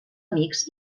amics